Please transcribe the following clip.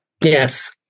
Yes